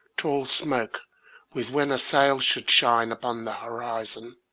tall smoke with when a sail should shine upon the horizon.